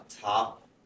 Top